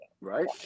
right